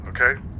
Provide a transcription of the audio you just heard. okay